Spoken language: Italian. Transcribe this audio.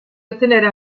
ottenere